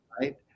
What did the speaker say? Right